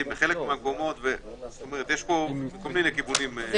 יש פה מכל מיני כיוונים בעיות